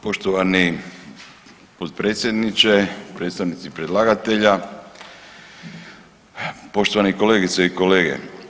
Poštovani potpredsjedniče, predstavnici predlagatelja, poštovani kolegice i kolege.